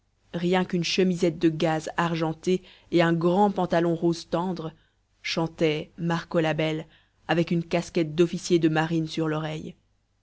rien qu'une chemisette de gaze argentée et un grand pantalon rose tendre chantait marco la belle avec une casquette d'officier de marine sur l'oreille